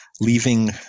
leaving